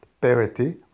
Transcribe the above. parity